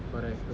correct